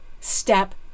step